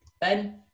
Ben